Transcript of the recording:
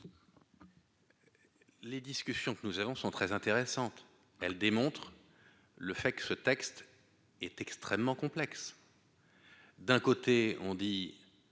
Les discussions que nous avons sont très intéressantes, elle démontre le fait que ce texte est extrêmement complexe, d'un côté on dit